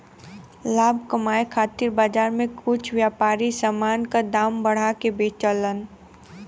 लाभ कमाये खातिर बाजार में कुछ व्यापारी समान क दाम बढ़ा के बेचलन